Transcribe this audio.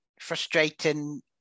frustrating